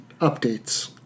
updates